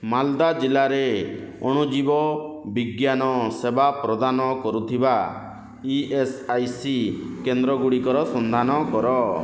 ମାଲଦା ଜିଲ୍ଲାରେ ଅଣୁଜୀବ ବିଜ୍ଞାନ ସେବା ପ୍ରଦାନ କରୁଥିବା ଇ ଏସ୍ ଆଇ ସି କେନ୍ଦ୍ରଗୁଡ଼ିକର ସନ୍ଧାନ କର